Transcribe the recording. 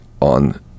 on